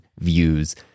views